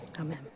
Amen